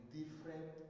different